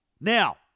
now